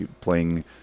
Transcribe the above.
playing